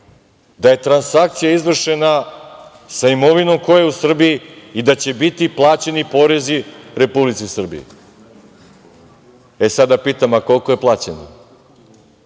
da je transakcija izvršena sa imovinom koja je u Srbiji i da će biti plaćeni porezi Republici Srbiji. E, sada pitam – a koliko je plaćeno?